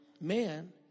Man